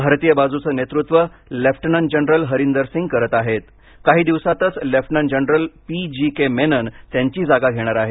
भारतीय बाजूचं नेतृत्व लेफ्टनंट जनरल हरिंदर सिंग करत आहेत काही दिवसांतच लेफ्टनंट जनरल पीजीके मेनन त्यांची जागा घेणार आहेत